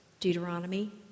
Deuteronomy